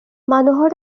মানুহৰ